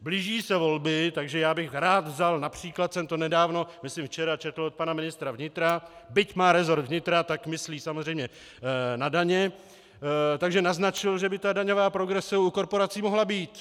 Blíží se volby, takže já bych rád vzal např. jsem to nedávno, myslím včera, četl od pana ministra vnitra, byť má rezort vnitra, tak myslí samozřejmě na daně, takže naznačil, že by ta daňová progrese u korporací mohla být.